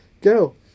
Go